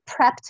prepped